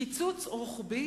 קיצוץ רוחבי